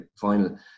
final